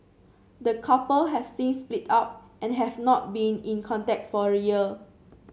the couple have since split up and have not been in contact for a year